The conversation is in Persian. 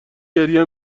گریه